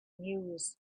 news